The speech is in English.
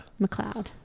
McLeod